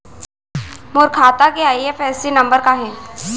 मोर खाता के IFSC number का हे?